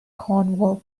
cornwall